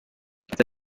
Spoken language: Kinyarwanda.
yatawe